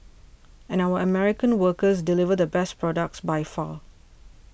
and our American workers deliver the best products by far